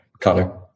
Connor